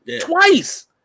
twice